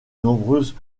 nombreuses